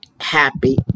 happy